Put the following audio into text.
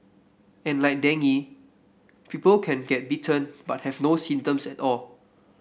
and like dengue people can get bitten but have no symptoms at all